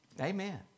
Amen